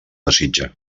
desitja